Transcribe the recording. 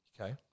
Okay